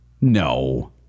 No